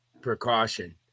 precaution